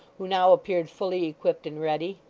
who now appeared, fully equipped and ready.